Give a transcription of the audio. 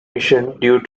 due